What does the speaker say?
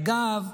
אגב,